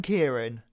Kieran